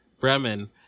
Bremen